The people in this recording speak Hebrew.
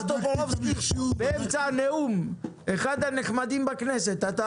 הוועדה הזאת, כשאני לא הייתי בכנסת ולא